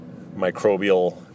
microbial